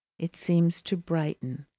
it seems to brighten.